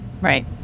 Right